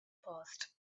passed